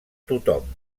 tothom